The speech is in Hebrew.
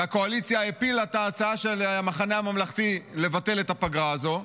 והקואליציה הפילה את ההצעה של המחנה הממלכתי לבטל את הפגרה הזו.